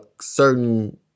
certain